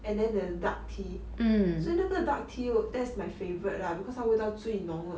and then the dark tea 所以那个 dark tea that's my favourite lah because 它的味道最浓